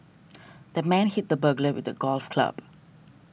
the man hit the burglar with a golf club